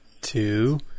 two